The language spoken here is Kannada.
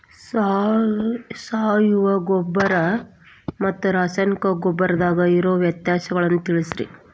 ಸಾವಯವ ಗೊಬ್ಬರ ಮತ್ತ ರಾಸಾಯನಿಕ ಗೊಬ್ಬರದಾಗ ಇರೋ ವ್ಯತ್ಯಾಸಗಳನ್ನ ತಿಳಸ್ರಿ